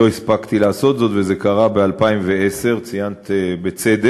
לא הספקתי לעשות זאת, וזה קרה ב-2010, ציינת בצדק,